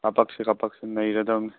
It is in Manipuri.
ꯀꯥꯄꯛꯁꯤ ꯀꯥꯄꯛꯁꯤ ꯅꯩꯔꯗꯕꯅꯤ